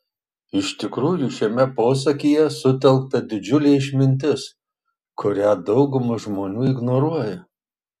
iš tikrųjų šiame posakyje sutelkta didžiulė išmintis kurią dauguma žmonių ignoruoja